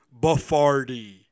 Buffardi